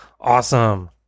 awesome